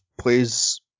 plays